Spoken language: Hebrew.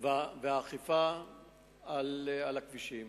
והאכיפה בכבישים: